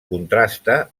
contrasta